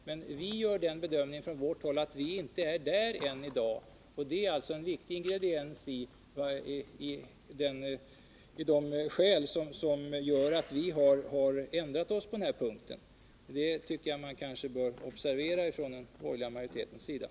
Men vi socialdemokrater gör den bedömningen att vi inte är där i dag, och det är detta som gjort att vi ändrat oss på den här punkten. Det bör kanske den borgerliga majoriteten observera.